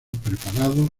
preparados